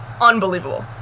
unbelievable